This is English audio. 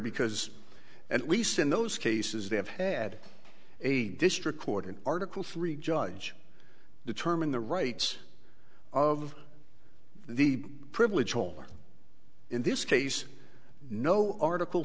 because and we saw in those cases they have had a district court an article three judge determine the rights of the privilege holder in this case no article